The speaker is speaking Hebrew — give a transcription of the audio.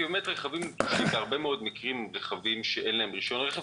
כי באמת רכבים נטושים בהרבה מאוד מקרים הם רכבים שאין להם רישיון רכב,